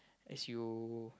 as you